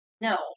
no